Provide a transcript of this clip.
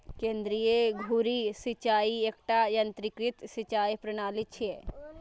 केंद्रीय धुरी सिंचाइ एकटा यंत्रीकृत सिंचाइ प्रणाली छियै